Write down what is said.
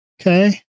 Okay